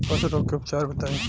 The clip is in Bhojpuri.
पशु रोग के उपचार बताई?